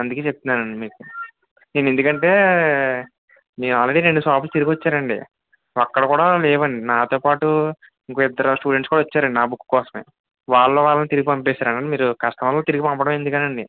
అందుకే చెబుతున్నాను అండి మీకు ఎందుకంటే నేను ఆల్రెడీ రెండు షాపులు తిరిగి వచ్చాను అండి అక్కడ కూడా లేవు అండి నాతో పాటు ఇంకో ఇద్దరు స్టూడెంట్స్ కూడా వచ్చారు అండి నా బుక్ కోసం వాళ్ళు వాళ్ళని తిరిగి పంపేశారు మీరు కస్టమర్లను తిరిగి పంపడం ఎందుకు అని అండి